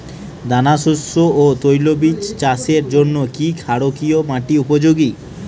দানাশস্য ও তৈলবীজ চাষের জন্য কি ক্ষারকীয় মাটি উপযোগী?